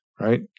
right